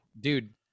Dude